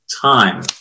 time